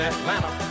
Atlanta